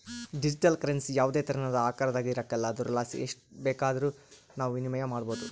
digital currency ಯಾವುದೇ ತೆರನಾದ ಆಕಾರದಾಗ ಇರಕಲ್ಲ ಆದುರಲಾಸಿ ಎಸ್ಟ್ ರೊಕ್ಕ ಬೇಕಾದರೂ ನಾವು ವಿನಿಮಯ ಮಾಡಬೋದು